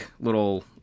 little